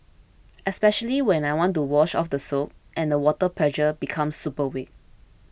especially when I want to wash off the soap and the water pressure becomes super weak